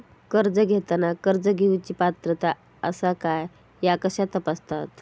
कर्ज घेताना कर्ज घेवची पात्रता आसा काय ह्या कसा तपासतात?